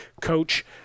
Coach